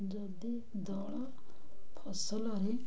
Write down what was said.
ଯଦି ଦଳ ଫସଲରେ